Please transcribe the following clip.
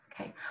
Okay